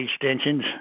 extensions